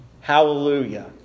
hallelujah